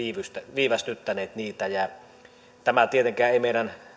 viivästyttäneet niitä tämä tietenkään ei meidän